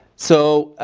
so